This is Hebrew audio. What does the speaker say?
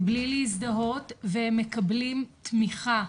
בלי להזדהות והם מקבלים תמיכה,